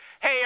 Hey